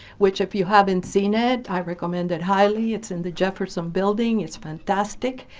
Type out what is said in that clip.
which if you haven't seen it, i recommend it highly. it's in the jefferson building it's fantastic.